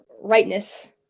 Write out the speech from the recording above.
rightness